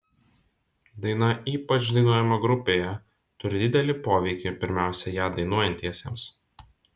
daina ypač dainuojama grupėje turi didelį poveikį pirmiausia ją dainuojantiesiems